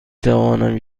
توانم